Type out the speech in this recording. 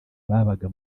babaga